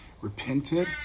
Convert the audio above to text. repented